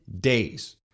days